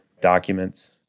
documents